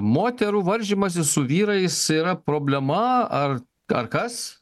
moterų varžymasis su vyrais yra problema ar ar kas